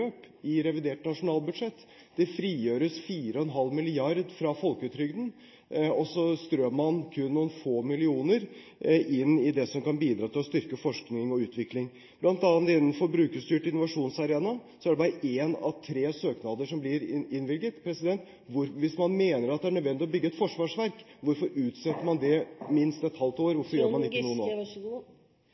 i revidert nasjonalbudsjett. Det frigjøres 4,5 mrd. kr fra folketrygden, og så strør man kun noen få millioner inn i det som kan bidra til å styrke forskning og utvikling. Innenfor bl.a. brukerstyrt innovasjonsarena blir bare én av tre søknader innvilget. Hvis man mener at det er nødvendig å bygge et forsvarsverk, hvorfor utsetter man det i minst et halvt år? Hvorfor gjør man ikke noe nå?